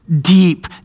Deep